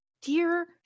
Dear